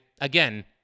again